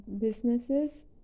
businesses